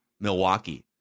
Milwaukee